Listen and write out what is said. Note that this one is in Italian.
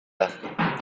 cattolica